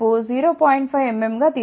5 mm గా తీసుకోబడింది